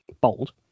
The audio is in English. bold